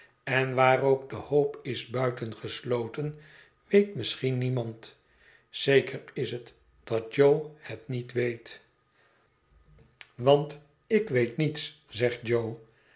en waar ook de hoop is buitengesloten weet misschien niemand zeker is het dat jo het niet weet want ik weet niets zegt jo